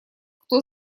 кто